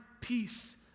peace